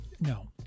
No